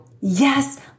Yes